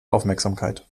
aufmerksamkeit